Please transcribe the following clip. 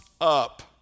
up